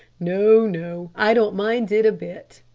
no, no, i don't mind it a bit.